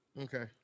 Okay